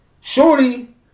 Shorty